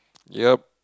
yup